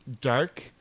dark